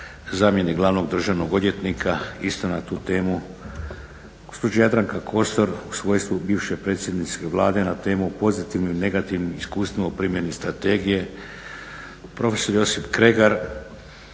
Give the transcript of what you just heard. zamjenik glavnog državnog odvjetnika, isto na tu temu, gospođa Jadranka Kosor u svojstvu bivše predsjednice Vlade na temu o pozitivnim iskustvima u primjeni Strategije, profesor Josip Kregar